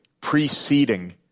preceding